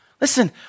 Listen